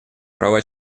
права